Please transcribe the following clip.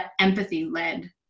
empathy-led